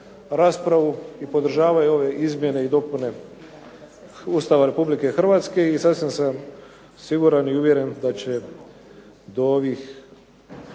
raspravu i podržavaju ove izmjene i dopune Ustava Republike Hrvatske i sasvim sam siguran i uvjeren da će do ovih